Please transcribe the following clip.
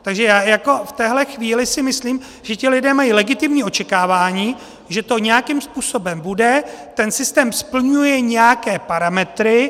Takže v této chvíli si myslím, že ti lidé mají legitimní očekávání, že to nějakým způsobem bude, ten systém splňuje nějaké parametry.